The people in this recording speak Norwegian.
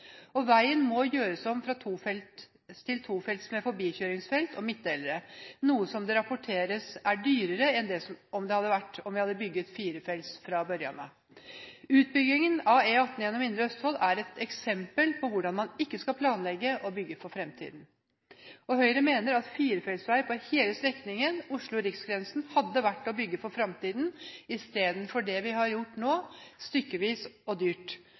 utvides. Veien må gjøres om fra tofelts til tofelts med forbikjøringsfelt og midtdeler, noe som det rapporteres er dyrere enn om det hadde blitt bygget firefelts vei fra starten av. Utbyggingen av E18 gjennom Indre Østfold er et eksempel på hvordan man ikke skal planlegge og bygge for fremtiden. Høyre mener at firefelts vei på hele strekningen Oslo–Riksgrensen hadde vært å bygge for fremtiden. I stedet har vi bygget stykkevis og dyrt.